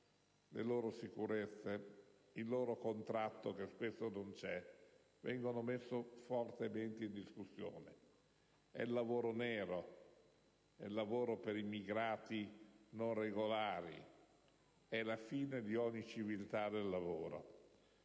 le sicurezze, il contratto (che spesso non esiste) delle persone vengono messi fortemente in discussione. È il lavoro nero, è il lavoro per immigrati non regolari, è la fine di ogni civiltà del lavoro!